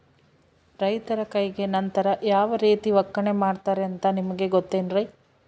ರೈತರ ಕೈಗೆ ನಂತರ ಯಾವ ರೇತಿ ಒಕ್ಕಣೆ ಮಾಡ್ತಾರೆ ಅಂತ ನಿಮಗೆ ಗೊತ್ತೇನ್ರಿ?